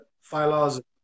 philosophy